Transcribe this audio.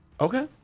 Okay